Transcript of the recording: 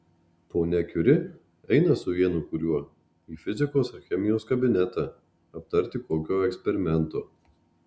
ponia kiuri eina su vienu kuriuo į fizikos ar chemijos kabinetą aptarti kokio eksperimento